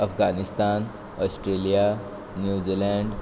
Afghanistan Australia New Zealand